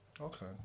okay